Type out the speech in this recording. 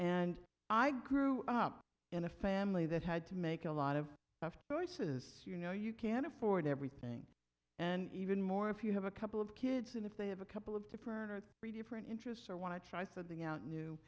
and i grew up in a family that had to make a lot of afterwards is you know you can afford everything and even more if you have a couple of kids and if they have a couple of different or three different interests or want to try something out new